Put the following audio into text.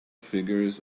figures